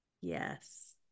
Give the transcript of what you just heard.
Yes